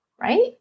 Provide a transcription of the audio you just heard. right